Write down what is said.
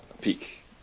peak